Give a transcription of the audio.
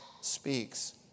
speaks